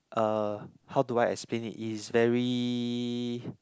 uh how do I explain it it is very